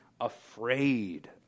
afraid